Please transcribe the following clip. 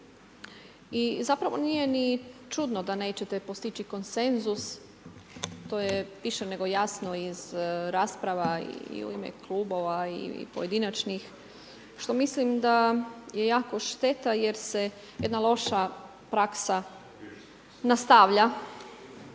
I zapravo nije ni čudno da nećete postići konsenzus. To je više nego jasno iz rasprava i u ime klubova i pojedinačnih što mislim da je jako šteta jer se jedna loša praksa nastavlja.